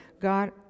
God